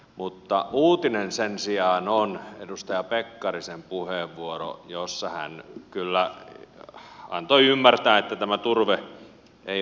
mutta uutinen sen sijaan on edustaja pekkarisen puheenvuoro jossa hän kyllä antoi ymmärtää että turve ei ole keskustan mieleen